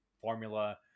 formula